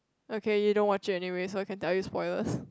okay you don't watch it anyway so I can tell you spoilers